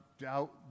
doubt